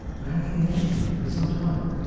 i have been watching you for some time.